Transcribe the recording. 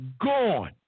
gone